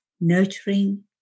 nurturing